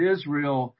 Israel